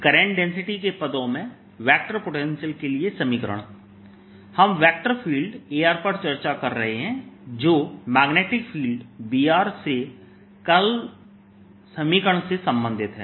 current density के पदों में वेक्टर पोटेंशियल के लिए समीकरण हम वेक्टर फील्ड A पर चर्चा कर रहे हैं जो मैग्नेटिक फील्ड B से कर्ल समीकरण से संबंधित है